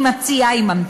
אם היא מציעה היא ממתינה,